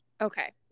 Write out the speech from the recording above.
okay